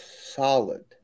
solid